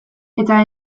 eta